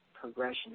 progression